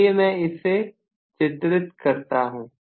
चलिए मैं इसे चित्रित करता हूं